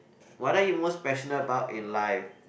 what are you most passionate about in life